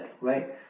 right